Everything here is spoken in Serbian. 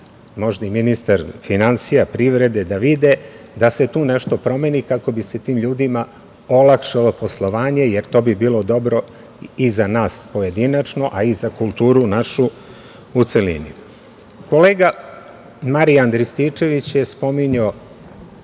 možda i ministar finansija, privrede, da vide da se tu nešto promeni, kako bi se tim ljudima olakšalo poslovanje, jer to bi bilo dobro i za nas pojedinačno, a i za kulturu našu u celini. Kolega Marijan Rističević je spominjao